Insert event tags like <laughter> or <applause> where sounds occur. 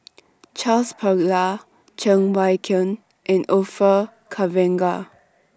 <noise> Charles Paglar Cheng Wai Keung and Orfeur Cavenagh